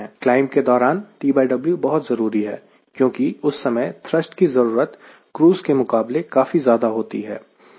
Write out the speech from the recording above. climb के दौरान TW बहुत जरूरी है क्योंकि उस समय थ्रस्ट की जरूरत क्रूज़ के मुकाबले काफी ज्यादा होती है